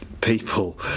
people